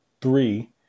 three